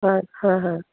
হয় হয় হয়